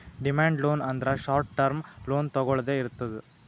demand loan ಅಂದ್ರ short term loan ತೊಗೊಳ್ದೆ ಇರ್ತದ್